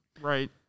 Right